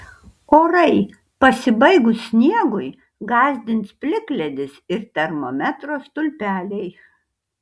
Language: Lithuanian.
orai pasibaigus sniegui gąsdins plikledis ir termometro stulpeliai